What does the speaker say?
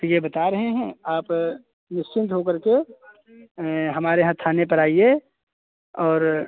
ठीक है बता रहे हैं आप निश्चिंत हो करके हमारे यहाँ थाने पर आईए और